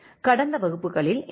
கடந்த வகுப்புகளில் இந்த எஸ்